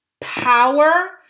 power